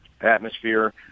atmosphere